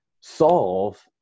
solve –